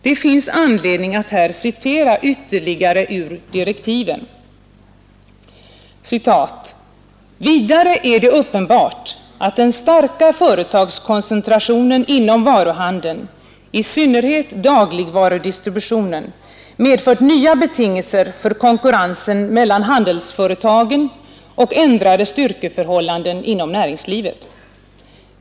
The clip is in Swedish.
Det finns anledning att här citera ytterligare ur direktiven: ”Vidare är det uppenbart, att den starka företagskoncentrationen inom varuhandeln, i synnerhet dagligvarudistributionen, medfört nya betingelser för konkurrensen mellan handelsföretagen och ändrade styrkeförhållanden inom näringslivet.